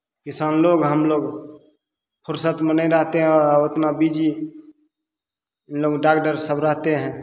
किसान लोक हमलोक फुरसतमे नहीं रहते हैं आओर ओ ओतना बिजी लोक डॉकटर सब रहते हैं